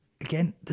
again